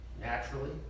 naturally